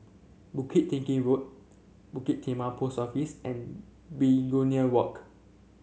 Bukit Tinggi Road Bukit Timah Post Office and Begonia Walk